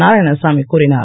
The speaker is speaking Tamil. நாராயணசாமி கூறினார்